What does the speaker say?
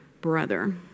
brother